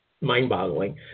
mind-boggling